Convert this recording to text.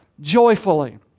joyfully